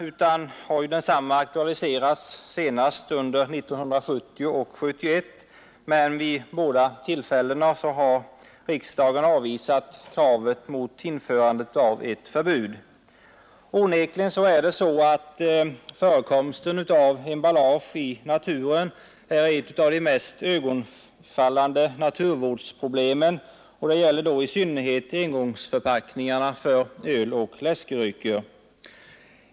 Den har aktualiserats senast under 1970 och 1971, men vid båda tillfällena har riksdagen avvisat kravet på införande av ett förbud. Onekligen är förekomsten av emballage i naturen ett av de mest iögonfallande naturvårdsproblemen, och detta gäller då i synnerhet engångsförpackningarna för öl och läskedrycker.